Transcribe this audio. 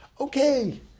Okay